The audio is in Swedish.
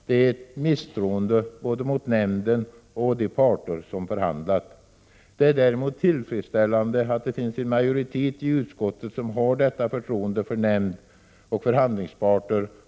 Det är ett misstroende både mot nämnden och mot de parter som har förhandlat. Det är däremot tillfredsställande att det finns en majoritet i utskottet som har detta förtroende för nämnd och förhandlingsparter.